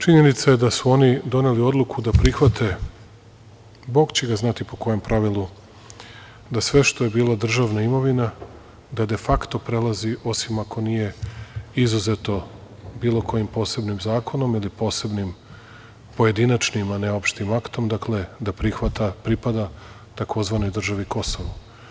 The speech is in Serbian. Činjenica je da su oni doneli odluku da prihvate, Bog će ga znati po kojem pravilu, da sve što je bilo državna imovina, da de fakto prelazi, osim ako nije izuzeto bilo kojim posebnim zakonom ili posebnim pojedinačnim, a ne opštim aktom, dakle, da pripada tzv. državi Kosovo.